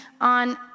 on